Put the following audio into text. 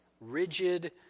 rigid